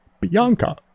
Bianca